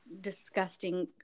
disgusting